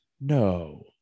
No